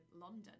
London